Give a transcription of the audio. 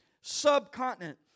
subcontinent